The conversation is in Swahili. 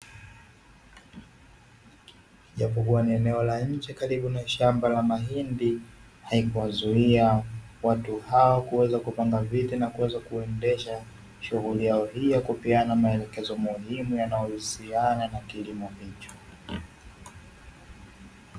Japokuwa ni eneo la nje karibu na shamba la mahindi haikuwazuia watu hao kuweza kupanga viti, na kuweza kuendesha shughuli yao hii ya kupeana maelekezo muhimu yanayohusiana na kilimo hicho.